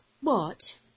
what